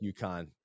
UConn